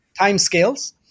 timescales